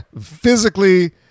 physically